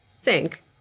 sink